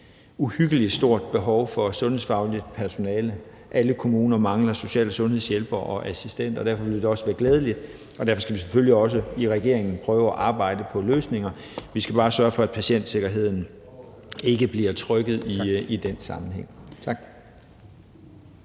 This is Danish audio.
uhyggelig stort behov for sundhedsfagligt personale. Alle kommuner mangler social- og sundhedshjælpere og -assistenter, og derfor ville det også være glædeligt med en løsning, og derfor skal vi i regeringen selvfølgelig også prøve at arbejde på løsninger. Vi skal bare sørge for, at patientsikkerheden ikke bliver trykket i den sammenhæng.